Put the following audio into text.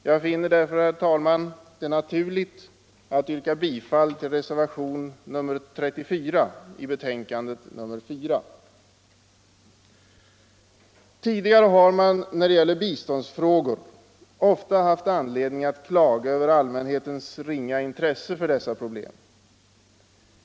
Jag finner det därför, herr talman, naturligt att yrka bifall till reservationen 34 i betänkandet nr 4. Tidigare har man när det gäller biståndsfrågor ofta haft anledning att klaga över allmänhetens ringa intresse för dessa problem.